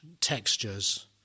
textures